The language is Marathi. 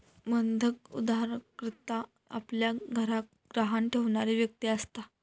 बंधक उधारकर्ता आपल्या घराक गहाण ठेवणारी व्यक्ती असता